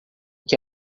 que